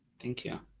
thank you.